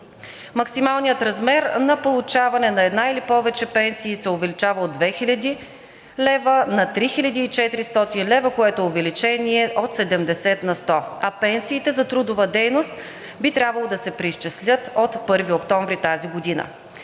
Максималният размер на получаване на една или повече пенсии се увеличава от 2000 лв. на 3400 лв., което увеличение е от 70 на сто, а пенсиите за трудова дейност би трябвало да се преизчислят от 1 октомври тази година.